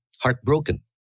heartbroken